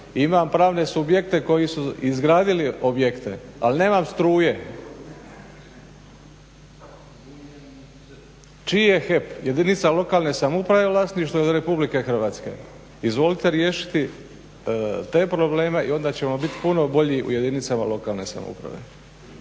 imam pravne subjekte koji su izgradili objekte ali nemam struje. Čiji je HEP? Jedinice lokalne samouprave vlasništvo ili RH? Izvolite riješiti te probleme i onda ćemo biti puno bolji u jedinicama lokalne samouprave.